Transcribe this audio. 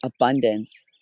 abundance